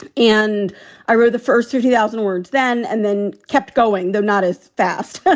and i wrote the first thirty thousand words then and then kept going, though not as fast, but